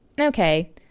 Okay